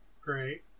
Great